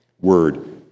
Word